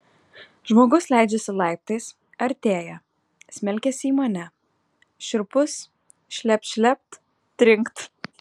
žmogus leidžiasi laiptais artėja smelkiasi į mane šiurpus šlept šlept trinkt